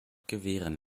gewähren